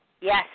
Yes